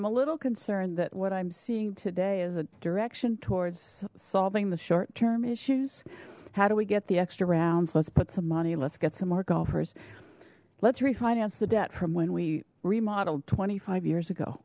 i'm a little concerned that what i'm seeing today is a direction towards solving the short term issues how do we get the extra rounds let's put some money let's get some more golfers let's refinance the debt from when we remodeled twenty five years ago